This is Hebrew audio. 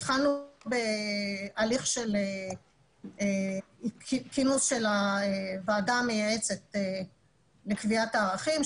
התחלנו בהליך של כינוס הוועדה המייעצת לקביעת הערכים,